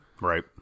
right